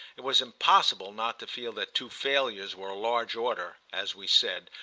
it was impossible not to feel that two failures were a large order, as we said,